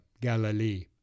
Galilee